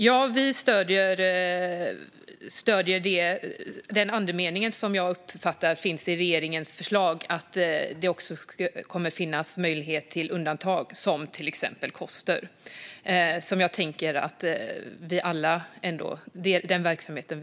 Herr talman! Vi stöder den andemening som jag uppfattar finns i regeringens förslag - att det kommer att finnas möjlighet till undantag, till exempel Koster. Jag tänker att vi alla vill ha kvar den verksamheten.